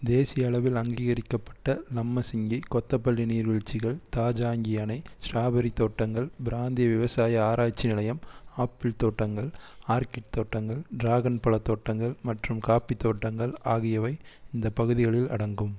தேசிய அளவில் அங்கீகரிக்கப்பட்ட லம்மசிங்கி கொத்தபள்ளி நீர்வீழ்ச்சிகள் தாஜாங்கி அணை ஸ்ட்ராபெர்ரி தோட்டங்கள் பிராந்திய விவசாய ஆராய்ச்சி நிலையம் ஆப்பிள் தோட்டங்கள் ஆர்க்கிட் தோட்டங்கள் டிராகன் பழத் தோட்டங்கள் மற்றும் காப்பி தோட்டங்கள் ஆகியவை இந்த பகுதிகளில் அடங்கும்